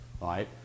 right